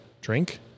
drink